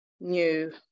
new